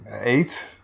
Eight